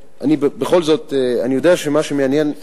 בכל זאת, אני יודע שמה שמעניין זה